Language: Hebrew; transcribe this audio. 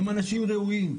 הם אנשים ראויים.